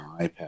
ipad